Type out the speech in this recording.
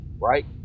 right